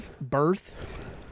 birth